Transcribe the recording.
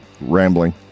rambling